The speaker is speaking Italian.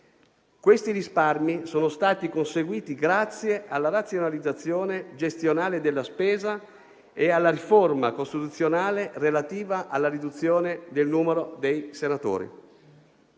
Questi risparmi sono stati conseguiti grazie alla razionalizzazione gestionale della spesa e alla riforma costituzionale relativa alla riduzione del numero dei senatori.